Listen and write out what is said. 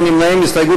ההסתייגות